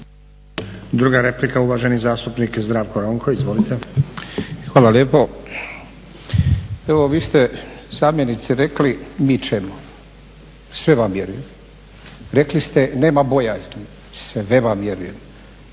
Druga replika uvaženi zastupnik Zdravko Ronko. Izvolite. **Ronko, Zdravko (SDP)** Hvala lijepo. Evo vi ste zamjenici rekli mi ćemo, sve vam vjerujem. Rekli ste nema bojazni, sve vam vjerujem.